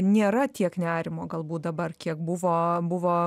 nėra tiek nerimo galbūt dabar kiek buvo buvo